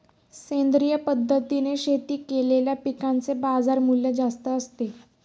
सेंद्रिय पद्धतीने शेती केलेल्या पिकांचे बाजारमूल्य जास्त असते